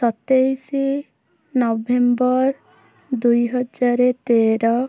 ସତେଇଶ ନଭେମ୍ବର ଦୁଇହଜାର ତେର